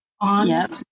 on